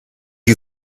you